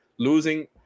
Losing